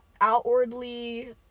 outwardly